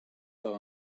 par